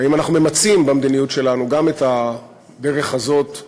האם אנחנו ממצים במדיניות שלנו גם את הדרך הזאת,